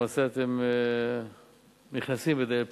למעשה אתם נכנסים בדלת פתוחה,